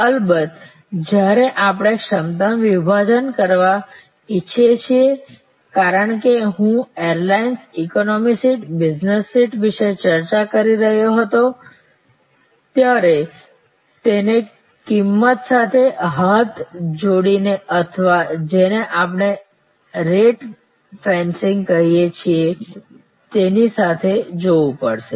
અલબત્ત જ્યારે આપણે ક્ષમતાનું વિભાજન કરવા ઈચ્છીએ છીએ કારણ કે હું airlines economy seat business seat વિશે ચર્ચા કરી રહ્યો હતો ત્યારે તેને કિંમત સાથે હાથ જોડીને અથવા જેને આપણે રેટ ફેન્સીંગ કહીએ છીએ તેની સાથે જવું પડશે